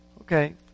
Okay